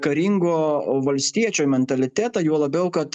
karingo valstiečio mentalitetą juo labiau kad